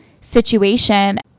situation